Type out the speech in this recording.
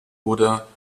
oder